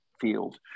field